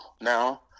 now